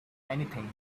anything